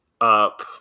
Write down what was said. up